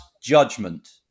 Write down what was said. judgment